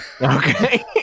Okay